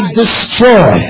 destroy